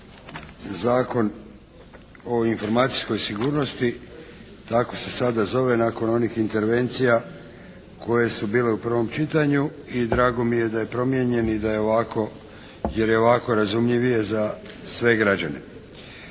Zakon o informacijskoj sigurnosti. Tako se sada zove nakon onih intervencija koje su bile u prvom čitanju i drago mi je da je promijenjen i da je ovako, jer je ovako razumljivije za sve građane.